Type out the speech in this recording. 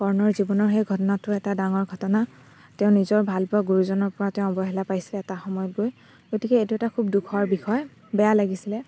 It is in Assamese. কৰ্ণৰ জীৱনৰ সেই ঘটনাটো এটা ডাঙৰ ঘটনা তেওঁ নিজৰ ভালপোৱা গুৰুজনৰ পৰা তেওঁ অৱহেলা পাইছে এটা সময়ত গৈ গতিকে এইটো এটা খুব দুখৰ বিষয় বেয়া লাগিছিলে